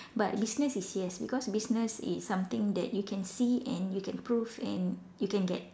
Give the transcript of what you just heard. but business is yes because business is something that you can see and you can proof and you can get